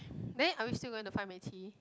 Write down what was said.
then are we still going to find Mei-Qi